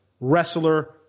Wrestler